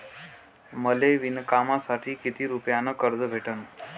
मले विणकामासाठी किती रुपयानं कर्ज भेटन?